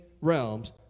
realms